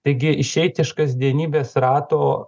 taigi išeiti iš kasdienybės rato